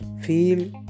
Feel